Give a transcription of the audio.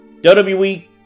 WWE